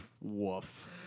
Woof